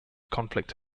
conflict